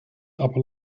aber